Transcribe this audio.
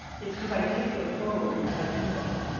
it's cause i take their phone and i email them.